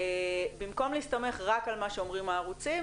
במקום להסתמך רק על מה שאומרים הערוצים,